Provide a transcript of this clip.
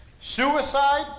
suicide